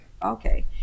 okay